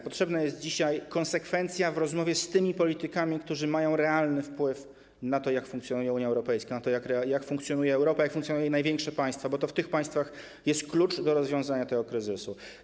Potrzebna jest dzisiaj konsekwencja w rozmowie z tymi politykami, którzy mają realny wpływ na to, jak funkcjonuje Unia Europejska, na to, jak funkcjonuje Europa, jak funkcjonują największe państwa, bo to w tych państwach jest klucz do rozwiązania tego kryzysu.